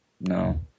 no